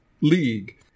league